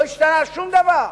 לא השתנה שום דבר.